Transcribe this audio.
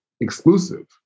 exclusive